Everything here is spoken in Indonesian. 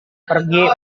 pergi